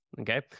Okay